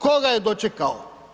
Ko ga je dočekao?